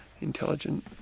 Intelligent